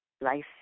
life